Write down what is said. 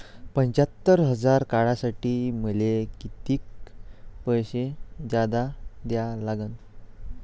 पंच्यात्तर हजार काढासाठी मले कितीक पैसे जादा द्या लागन?